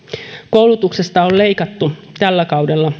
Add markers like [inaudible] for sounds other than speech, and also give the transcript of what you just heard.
koulutuksesta on leikattu tällä kaudella [unintelligible]